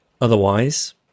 Otherwise